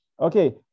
okay